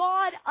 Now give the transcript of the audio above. God